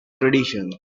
tradition